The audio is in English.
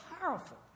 powerful